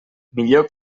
millor